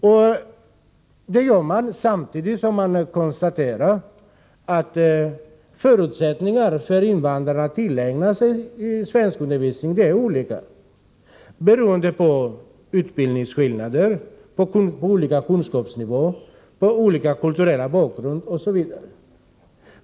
Detta gör regeringen samtidigt som man konstaterar att förutsättningarna för invandrarna att tillägna sig svenskundervisning är olika, beroende på utbildningsskillnader, på skiftande kunskapsnivåer, på växlande kulturell bakgrund osv.